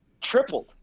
tripled